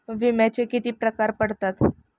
विम्याचे किती प्रकार पडतात?